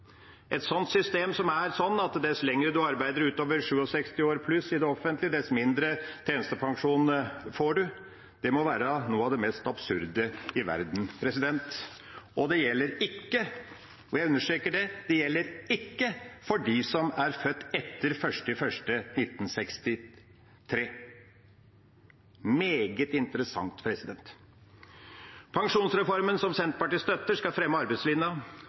Et system som er sånn at dess lenger en arbeider utover 67 år pluss i det offentlige, dess mindre tjenestepensjon får en, må være noe av det mest absurde i verden. Og det gjelder ikke, og jeg understreker det, for dem som er født etter 1. januar 1963 – meget interessant. Pensjonsreformen, som Senterpartiet støtter, skal fremme arbeidslinja.